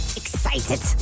excited